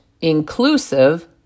inclusive